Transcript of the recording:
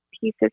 pieces